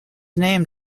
name